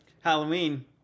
Halloween